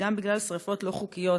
וגם בשרפות לא חוקיות,